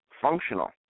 functional